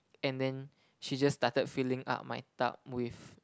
and then she just started filling up my tub with